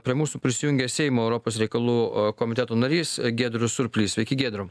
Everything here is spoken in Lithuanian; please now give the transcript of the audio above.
prie mūsų prisijungė seimo europos reikalų komiteto narys giedrius surplys sveiki giedra